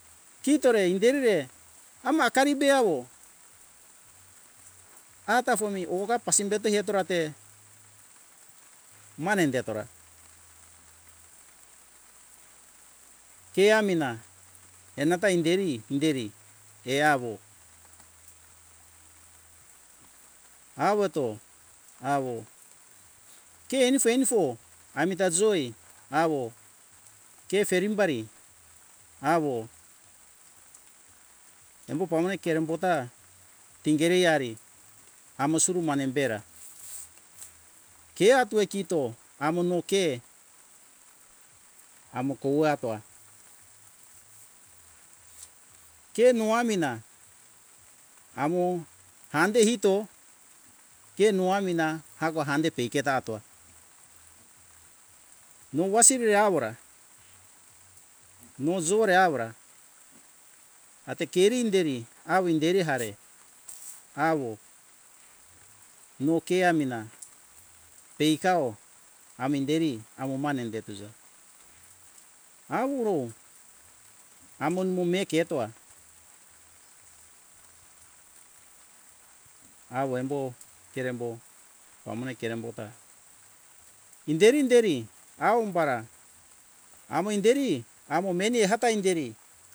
Kitore inderire ama akari be awo ata fomi oga pasimbeto hetora te mane inde tora ke amine enata inderi - inderi ke awo awoto awo ke enifo - enifo amita joi awo ke ferim bari awo embo pamone kerem bota tingeri ari amo suru mane bera ke ato kito amo no ke amo kau atoa ke noa mina amo hande hito ke noa mina ago hande pege ta atora no wasiri re awora no zore awora ate keri inderi awo inderi hare awo no ke amina peikawo aminderi awo mane detuza awuro amo numo me ketoa awo embo kerembo pamone rerembo ta inderi - inderi awo umbara amo inderi amo meni hata inderi